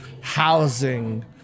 housing